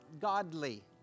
godly